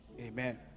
Amen